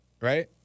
Right